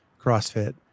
CrossFit